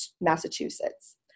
Massachusetts